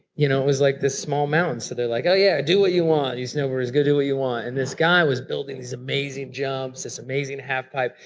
you know it was like this small mountain, so they were like, oh yeah, do what you want. you snowboarders, go do what you want. and this guy was building these amazing jumps, this amazing half pipe.